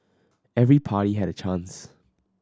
every party had a chance